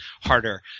harder